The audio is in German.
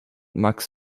max